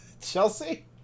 Chelsea